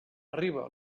arriba